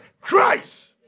Christ